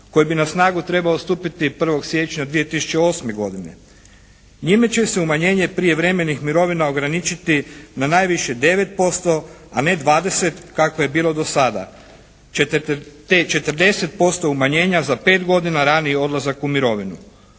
koji bi na snagu trebao stupiti 1. siječnja 2008. godine. Njime će se umanjenje prijevremenih mirovina ograničiti na najviše 9% a ne 20 kako je bilo do sada te 40% umanjenja za pet godina raniji odlazak u mirovinu.